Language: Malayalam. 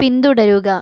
പിന്തുടരുക